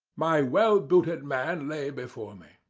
my well-booted man lay before me.